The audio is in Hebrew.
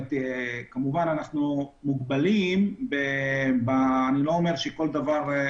אנחנו מוגבלים ולצערי אנחנו לא יכולים להציל כל אישה.